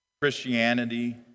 Christianity